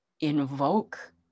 invoke